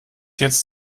jetzt